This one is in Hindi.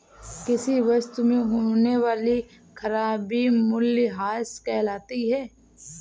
किसी वस्तु में होने वाली खराबी मूल्यह्रास कहलाती है